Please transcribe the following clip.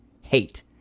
Hate